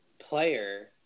player